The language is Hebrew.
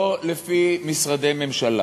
לא לפי משרדי ממשלה